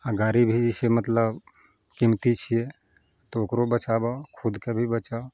आओर गाड़ी भी जैसे मतलब कीमती छियै तऽ ओकरो बचाबऽ खुदके भी बचऽ